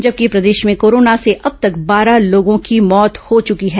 जबकि प्रदेश में कोरोना से अब तक बारह लोगों की मौत हो चुकी है